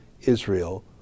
Israel